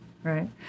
Right